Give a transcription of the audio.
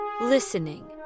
Listening